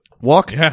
Walk